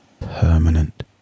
permanent